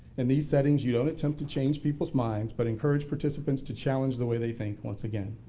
in these settings, you don't attempt to change people's minds but encourage participants to challenge the way they think once again.